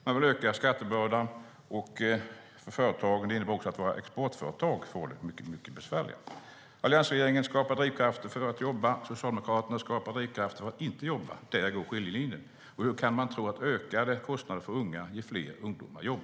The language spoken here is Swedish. Man vill öka skattebördan för företag, och det innebär också att våra exportföretag får det mycket besvärligare. Alliansregeringen skapar drivkrafter för att jobba. Socialdemokraterna skapar drivkrafter för att inte jobba. Där går skiljelinjen. Hur kan man tro att ökade kostnader för unga ger fler unga jobb?